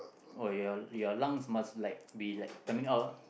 oh your your lungs must like be like coming out ah